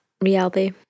reality